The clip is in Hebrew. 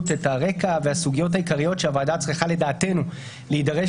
את הרקע והסוגיות העיקריות שהוועדה צריכה לדעתנו להידרש